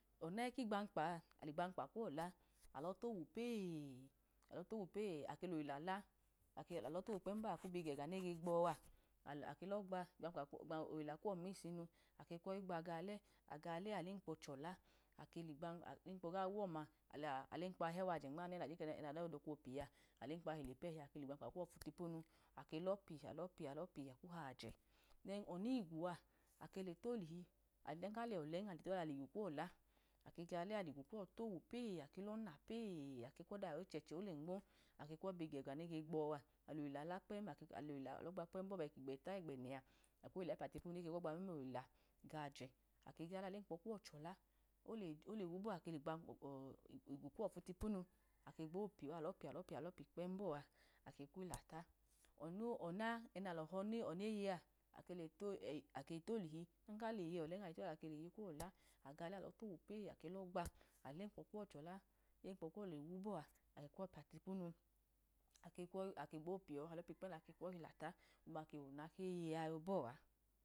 Ona ekigbankpaa, aligbamkpa kuwọ la alọ towu pee, ake loyila la, alọ towu akwu bi gẹgu nege gbọ a, ake lọ gba loyila kuwọ misonu, akwu gba ga ọle, aga ọlẹ alemkpo chọla, ake gbamkpa, abenkpo ga wu ọma, alemkpo he waje nmanu ga hilẹnono chika opi ipu ẹhi ake ligbonkpa kuwọ fu tipnu, ake lọpi alopi akwu hajẹ dẹn onigwu a ọdan ka le ọlẹn ayi toliti aligwu kuwọ la, oga ọlẹ ake ligwu kuwọ towu pee, kwi̱yi na pee ake kwọayiyo̱nu chẹchẹ ole nmo ake kwọ yi bi gẹgu nege gbọ a, aloyila la kpẹm aloyila alogba kpẹm bẹn kigbeta igbẹnẹ a, ake kwoyila ipiya tipunu eve lọ gba memloyila gjẹ, ake gaọlẹ agu lemkpo kuwọ chola, ole wu bọa ake tigban ọ igwu kuwọ fu tipunu, ake gbo piyo alopi lopi kpẹm bọa, ake kwọyi lnlata, ona ona ẹnalọ họneye a, ake le tolohi adan ka leye ọlẹn ale todihi, aleye kuwọ la, aga dẹ alọ tuwo pee ake lọgba, atemkpo kuwọ chila emkpo kuwọ a le wu bọ alignu piya tipunu ake gbo piyọ, alọ pi kpem bọa ake kwọyi lilata, ọda nowọna keye a yọ bọa.